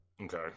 Okay